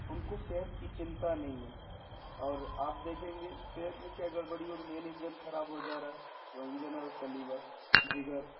ان کو صحت کی چنتا نہیں ہے اور آپ دیکھیں گے صحت میں کیا گڑبڑی اور مین انجن خراب ہو جا رہا ہے وہ انجن ہے اس کا لیور جگر